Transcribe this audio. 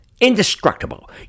Indestructible